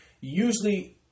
usually